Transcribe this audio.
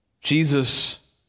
Jesus